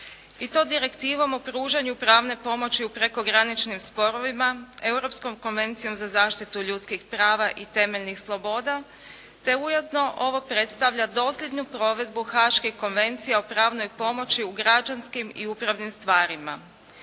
i to direktivom o pružanju pravne pomoći u prekograničnim sporovima, Europskom konvencijom za zaštitu ljudskih prava i temeljnih sloboda te ujedno ovo predstavlja dosljednu provedbu Haške konvencije o pravnoj pomoći u građanskim i upravnim stvarima.